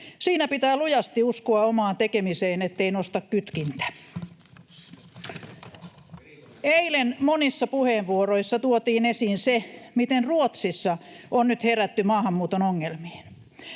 Siinä pitää lujasti uskoa omaan tekemiseen, ettei nosta kytkintä. Eilen monissa puheenvuoroissa tuotiin esiin se, miten Ruotsissa on nyt herätty maahanmuuton ongelmiin.